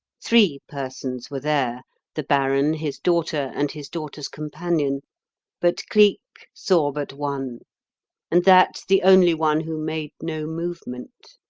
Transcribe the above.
three persons were there the baron, his daughter, and his daughter's companion but cleek saw but one and that the only one who made no movement,